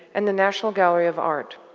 and the national gallery of art,